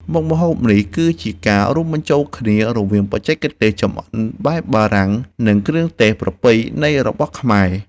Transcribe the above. មុខម្ហូបនេះគឺជាការរួមបញ្ចូលគ្នារវាងបច្ចេកទេសចម្អិនបែបបារាំងនិងគ្រឿងទេសប្រពៃណីរបស់ខ្មែរយើង។